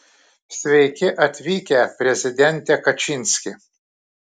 sveiki atvykę prezidente kačinski